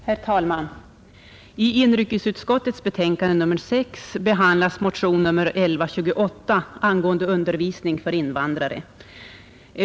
Herr talman! I inrikesutskottets betänkande nr 6 behandlas motion nr 1128 angående undervisning för invandrare.